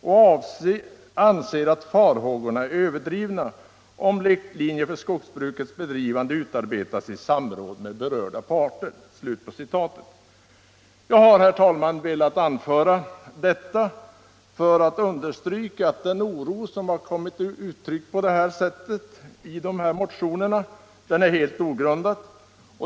—-—-- Jag bedömer således att de farhågor === som har kommit till uttryck —-—-- är överdrivna, om riktlinjer för skogsbrukets bedrivande utarbetas i samråd mellan berörda parter.” Jag har, herr talman, velat anföra detta för att understryka att den oro som har kommit till uttryck i motionerna är helt ogrundad.